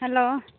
hello